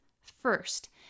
First